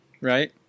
right